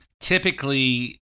typically